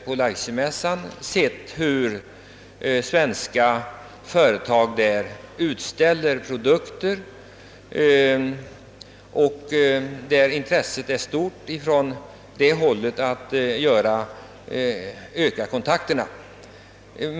på Leipzigmässan sett hur svenska företag utställt produkter, och intresset är på det hållet stort för en vidgning av kontakterna.